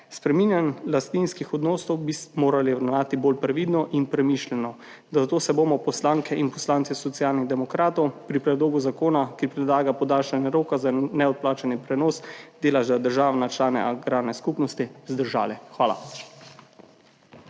spreminjanjem lastninskih odnosov bi morali ravnati bolj previdno in premišljeno, zato se bomo poslanke in poslanci Socialnih demokratov pri predlogu zakona, ki predlaga podaljšanje roka za neodplačni prenos deleža države na člane agrarne skupnosti, vzdržali. Hvala.